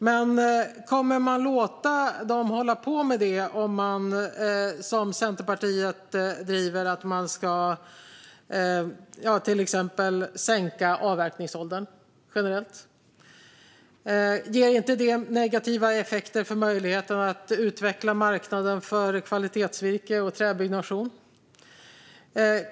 Men kommer man att låta dem hålla på med det om man, vilket Centerpartiet driver på för, sänker avverkningsåldern generellt? Ger inte det negativa effekter för möjligheterna att utveckla marknaden för kvalitetsvirke och träbyggnation?